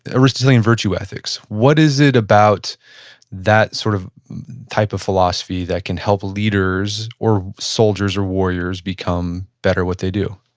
ah aristotelian virtue ethics. what is it about that sort of type of philosophy that can help leaders or soldiers or warriors become better at what they do?